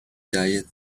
died